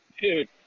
Dude